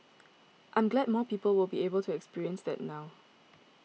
I'm glad more people will be able to experience that now